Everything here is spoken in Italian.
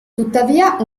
tuttavia